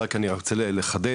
אני רק רוצה לחדד,